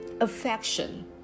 affection